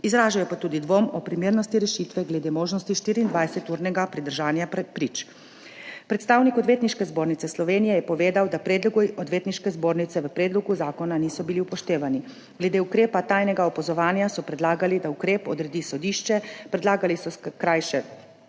Izražajo pa tudi dvom o primernosti rešitve glede možnosti 24-urnega pridržanja prič. Predstavnik Odvetniške zbornice Slovenije je povedal, da predlogi Odvetniške zbornice v predlogu zakona niso bili upoštevani. Glede ukrepa tajnega opazovanja so predlagali, da ukrep odredi sodišče. Predlagali so krajše časovne